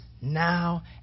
now